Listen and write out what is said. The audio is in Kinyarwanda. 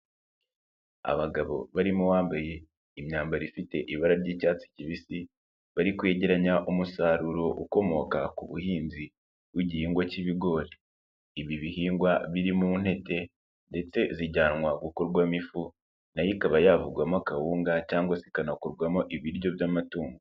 Abagabo barimo bambaye imyambaro ifite ibara ry'icyatsi kibisi, bari kwegeranya umusaruro ukomoka ku buhinzi bw'igihingwa cy'ibigori. Ibi bihingwa biri mu ntete ndetse zijyanwa gukumo ifu nayo ikaba yavugwamo akawunga cyangwa se ikanakurwamo ibiryo by'amatungo.